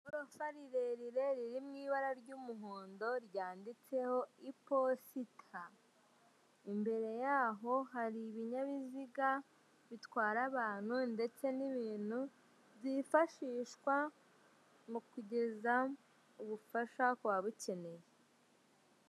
Igorofa rirerire riri mu ibara ry'umuhondo ryanditseho iposita. Imbere yaho hari ibinyabiziga bitwara abantu n'ibintu zifashishwa mu kugeza ubufasha kubabukeneye.